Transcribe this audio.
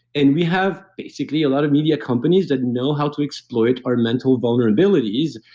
and we have basically a lot of media companies that know how to exploit our mental vulnerabilities,